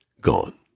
gone